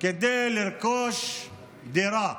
כדי לרכוש דירה.